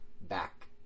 back